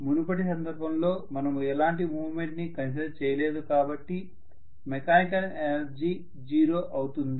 మునుపటి సందర్భంలో మనము ఎలాంటి మూవ్మెంట్ ని కన్సిడర్ చేసుకోలేదు కాబట్టి మెకానికల్ ఎనర్జీ జీరో అవుతుంది